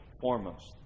foremost